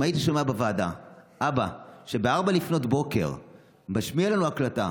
אם היית שומע בוועדה אבא שב-04:00 משמיע לנו הקלטה,